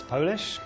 Polish